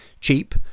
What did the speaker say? cheap